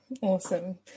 Awesome